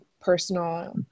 personal